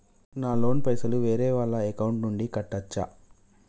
నా లోన్ పైసలు వేరే వాళ్ల అకౌంట్ నుండి కట్టచ్చా?